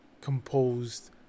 composed